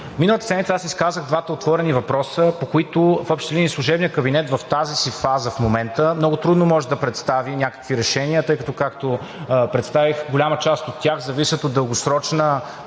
Миналата седмица аз изказах двата отворени въпроса, по които в общи линии служебният кабинет в тази си фаза в момента много трудно може да представи някакви решения, тъй като, както представих голяма част от тях, зависят от дългосрочна